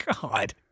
God